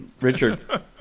Richard